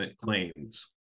claims